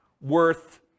worth